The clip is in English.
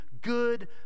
good